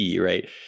right